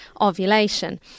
ovulation